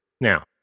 Now